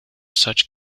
such